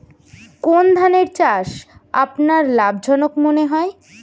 কোন ধানের চাষ আপনার লাভজনক মনে হয়?